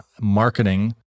marketing